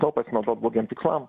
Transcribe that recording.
tuo pasinaudot blogiemi tikslam